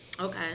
Okay